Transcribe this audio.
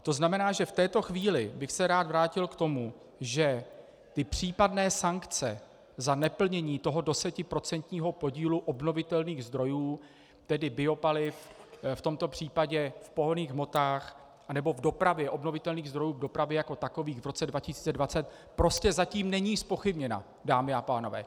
To znamená, že v této chvíli bych se rád vrátil k tomu, že ty případné sankce za neplnění toho desetiprocentního podílu obnovitelných zdrojů, tedy biopaliv, v tomto případě v pohonných hmotách, nebo obnovitelných zdrojů v dopravě jako takových, v roce 2020 prostě zatím není zpochybněna, dámy a pánové.